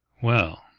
well,